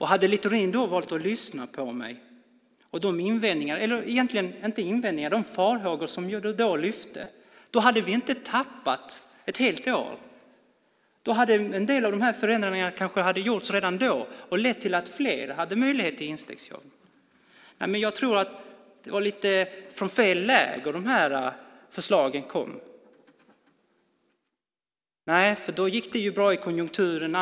Hade Littorin då valt att lyssna på mig och de farhågor som jag då lyfte fram hade vi inte tappat ett helt år. Då hade en del av de här förändringarna kanske gjorts redan då och lett till att fler haft möjlighet till instegsjobb. Jag tror att de här förslagen kom från fel läger. Då gick ju konjunkturen bra.